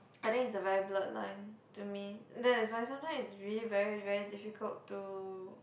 I think it's a very blurred line to me that is why sometimes it's really very very difficult to